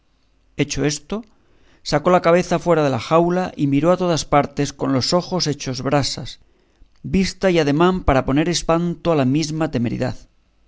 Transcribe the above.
hecho esto sacó la cabeza fuera de la jaula y miró a todas partes con los ojos hechos brasas vista y ademán para poner espanto a la misma temeridad